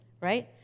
right